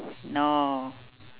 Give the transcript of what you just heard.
no